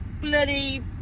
bloody